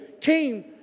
came